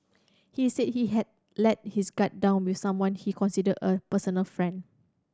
he said he had let his guard down with someone he considered a personal friend